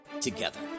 together